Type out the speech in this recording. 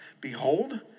behold